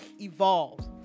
evolved